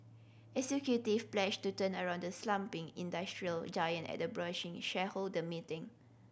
pledged to turn around the slumping industrial giant at a brushing shareholder meeting